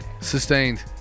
Sustained